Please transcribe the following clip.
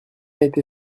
été